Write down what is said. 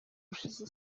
ushize